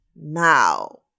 now